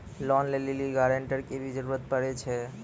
Loan लै लेली guarantor के भी जरूरी पड़ै छै?